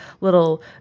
little